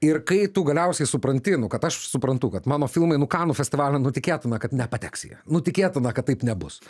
ir kai tu galiausiai supranti nu kad aš suprantu kad mano filmai nu kanų festivalio nu tikėtina kad nepateks jie nu tikėtina kad taip nebus